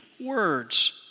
words